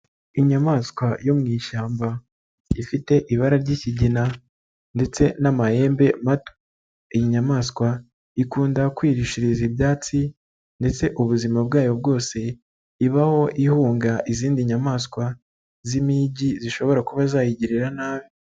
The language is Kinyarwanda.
Inyamaswa yo mu ishyamba ifite ibara ry'ikigina ndetse n'amahembe mato, iyi nyamaswa ikunda kwirishiriza ibyatsi ndetse ubuzima bwayo bwose ibaho ihunga izindi nyamaswa z'impigi zishobora kuba zayigirira nabi.